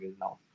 now